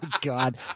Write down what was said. God